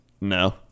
No